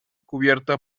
cubierta